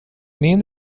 min